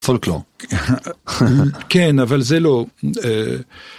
פולקלור, כן אבל זה לא.